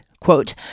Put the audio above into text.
Quote